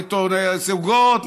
נטו זוגות,